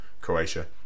Croatia